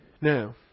Now